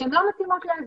שלא מתאימות לאזיק.